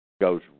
Goes